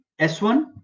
S1